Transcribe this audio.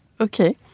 Okay